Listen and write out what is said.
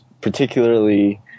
particularly